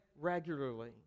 regularly